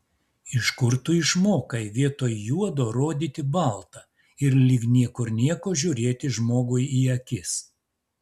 iš kur tu išmokai vietoj juodo rodyti balta ir lyg niekur nieko žiūrėti žmogui į akis